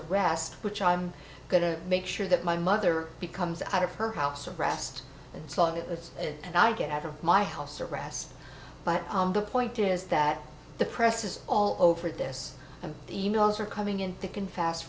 arrest which i'm going to make sure that my mother becomes out of her house arrest and so it was and i get out of my house arrest but the point is that the press is all over this and the e mails are coming in the can fast